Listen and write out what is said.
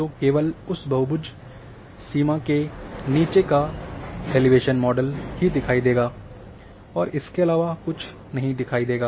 तो केवल उस बहुभुज सीमा के नीचे का एलिवेशन मॉडल ही दिखायी देगा और इसके अलावा कुछ नहीं दिखायी देगा